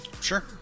Sure